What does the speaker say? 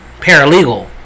paralegal